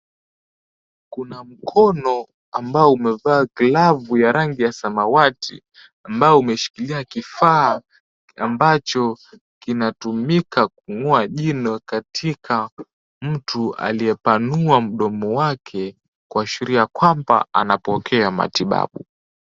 Kuna mkono ambao umevaa glavu ya rangi ya samawati, ambao umeshikilia kifaa ambacho kinatumika kung'oa jino katika mtu aliyepanua mdomo wake, kuashiria kwamba anapokea matibabu.